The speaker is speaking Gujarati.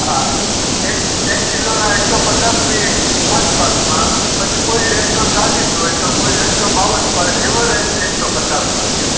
હા એક કિલોના એકસો પચાસ લે આસપાસમાં પછી કોઈ એકસો ચાલીશ હોય તો કોઈ એકસો બાવન પણ એવો રેટ એકસો પચાસ રૂપિયા